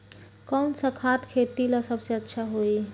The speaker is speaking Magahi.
कौन सा खाद खेती ला सबसे अच्छा होई?